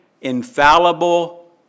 infallible